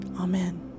Amen